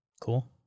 Cool